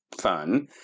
Fun